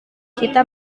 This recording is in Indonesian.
kita